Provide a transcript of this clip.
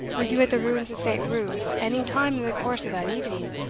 were you at the ruins of st. ruth any time in the course of that evening?